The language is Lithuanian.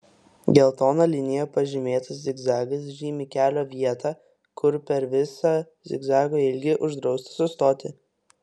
geltona linija pažymėtas zigzagas žymi kelio vietą kur per visą zigzago ilgį uždrausta sustoti